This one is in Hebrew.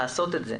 לעשות את זה.